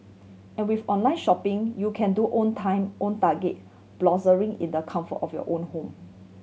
and with online shopping you can do own time own target browsing in the comfort of your own home